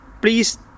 please